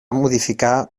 modificar